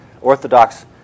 Orthodox